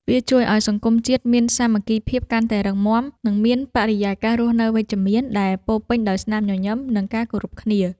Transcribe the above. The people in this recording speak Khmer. វាជួយឱ្យសង្គមជាតិមានសាមគ្គីភាពកាន់តែរឹងមាំ និងមានបរិយាកាសរស់នៅវិជ្ជមានដែលពោរពេញដោយស្នាមញញឹម និងការគោរពគ្នា។